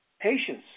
Patience